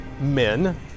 men